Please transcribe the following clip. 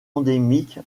endémique